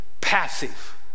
passive